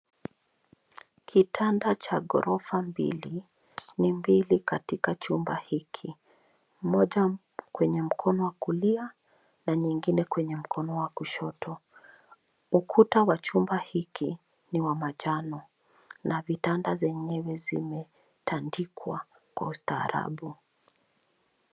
Kitanda cha ghorofa mbili ni mbili katika chumba hiki, moja kwenye mkono wa kulia na nyingine kwenye mkono wa kushoto. Ukuta wa chumba hiki ni wa manjano na vitanda zenyewe zimetandikwa kwa ustaarabu.